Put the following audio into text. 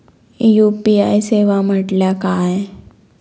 UPI सेवा म्हटल्या काय?